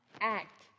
act